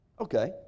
Okay